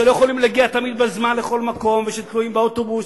שלא יכולים להגיע תמיד בזמן לכל מקום ושתלויים באוטובוס,